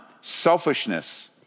selfishness